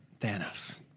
Thanos